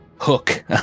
hook